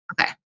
Okay